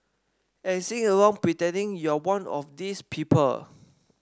and sing along pretending you're one of these people